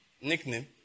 Nickname